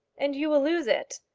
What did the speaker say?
and you will lose it.